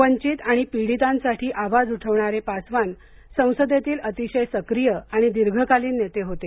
वंचित आणि पिडीतांसाठी आवाज उठवणारे पासवान संसदेतील अतिशय सक्रीय आणि दीर्घकालीन नेते होते